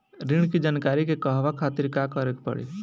ऋण की जानकारी के कहवा खातिर का करे के पड़ी?